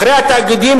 אחרי התאגידים,